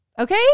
Okay